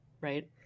right